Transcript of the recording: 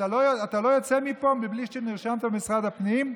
אתה לא יוצא מפה בלי שנרשמת במשרד הפנים.